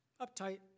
uptight